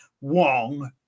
Wong